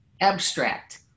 abstract